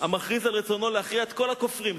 המכריז על רצונו להכריע את כל הכופרים,